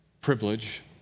privilege